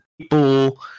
people